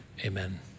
amen